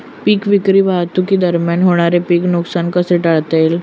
पीक विक्री वाहतुकीदरम्यान होणारे पीक नुकसान कसे टाळता येईल?